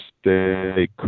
stay